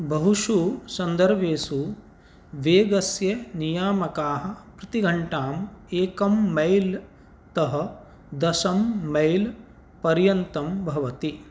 बहुषु सन्दर्भेषु वेगस्य नियामकाः प्रतिघण्टा एकं मैल् तः दश मैल् पर्यन्तं भवति